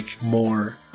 more